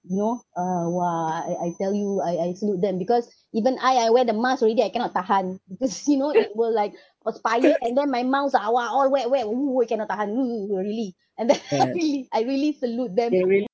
you know (uh huh) !wah! I I tell you I I salute them because even I I wear the mask already I cannot tahan because you know it will like perspire and then my mouth ah all wet wet !woo! I cannot tahan uh really and then I really I really salute them